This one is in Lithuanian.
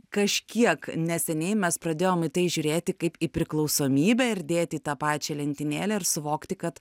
kažkiek neseniai mes pradėjom į tai žiūrėti kaip į priklausomybę ir dėti į tą pačią lentynėlę ir suvokti kad